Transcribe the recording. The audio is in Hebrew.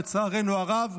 לצערנו הרב,